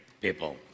people